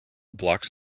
blocks